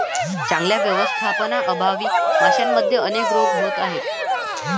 चांगल्या व्यवस्थापनाअभावी माशांमध्ये अनेक रोग होत आहेत